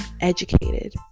educated